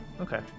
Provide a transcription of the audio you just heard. Okay